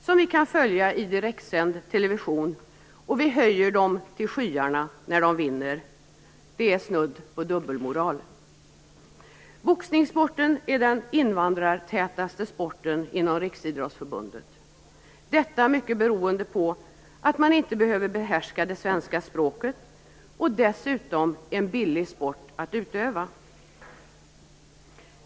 Detta kan vi följa i direktsänd television, och vi höjer dem till skyarna när de vinner. Det är snudd på dubbelmoral. Boxningssporten är den invandrartätaste sporten inom Riksidrottsförbundet - detta mycket beroende på att man inte behöver behärska det svenska språket. Dessutom är det en billig sport att utöva.